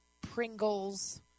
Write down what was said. Pringles